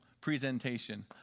presentation